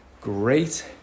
Great